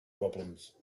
problems